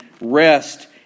rest